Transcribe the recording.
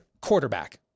Quarterback